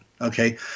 okay